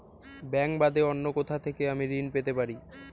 Bank বাদে অন্য কোথা থেকে আমি ঋন পেতে পারি?